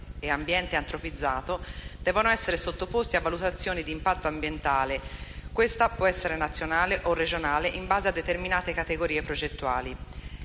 e ambiente antropizzato, devono essere sottoposti a valutazione di impatto ambientale. Questa può essere nazionale o regionale in base a determinate categorie progettuali.